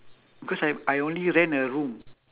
because I I only rent a room